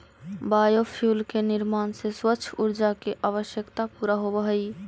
biofuel के निर्माण से स्वच्छ ऊर्जा के आवश्यकता पूरा होवऽ हई